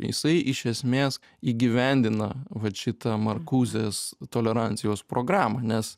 jisai iš esmės įgyvendina vat šitą markuzės tolerancijos programą nes